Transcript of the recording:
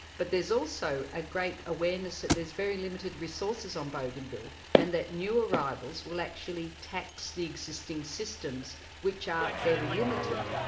but there's also a great awareness that there's very limited resources on bougainville, and that new arrivals will actually tax the existing systems which are fairly limited.